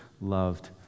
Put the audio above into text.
loved